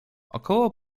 około